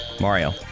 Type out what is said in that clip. Mario